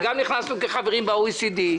וגם נכנסנו כחברים ב-OECD.